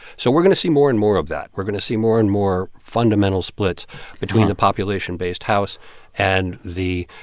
so we're going to see more and more of that. we're going to see more and more fundamental splits between the population-based house and the,